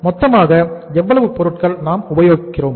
மொத்தமாக எவ்வளவு பொருட்கள் நாம் உபயோகிக்கிறோம்